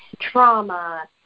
trauma